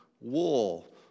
wool